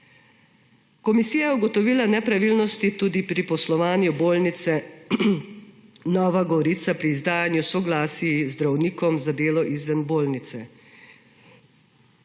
Komisija je ugotovila nepravilnosti tudi pri poslovanju bolnice Nova Gorica pri izdajanju soglasij zdravnikom za delo izven bolnice.